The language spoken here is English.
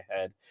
head